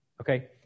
okay